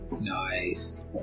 Nice